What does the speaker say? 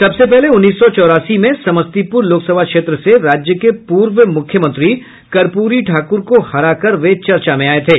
सबसे पहले उन्नीस सौ चौरासी में समस्तीपुर लोकसभा क्षेत्र से राज्य के पूर्व मुख्यमंत्री कर्प्री ठाक्र को हरा कर वे चर्चा में आये थे